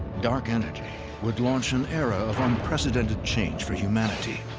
dark energy would launch an era of unprecedented change for humanity,